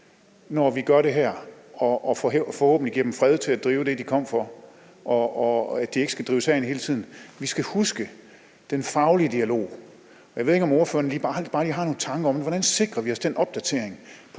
når vi gør det her, så vi forhåbentlig giver dem fred til at drive det, de kom for, og de ikke skal drives herind hele tiden. Vi skal huske den faglige dialog. Jeg ved ikke, om ordføreren bare lige har nogle tanker om, hvordan vi sikrer os den samme opdatering